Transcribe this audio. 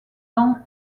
ans